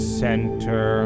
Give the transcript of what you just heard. center